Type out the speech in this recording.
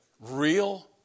Real